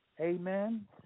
Amen